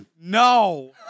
No